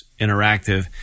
Interactive